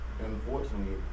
Unfortunately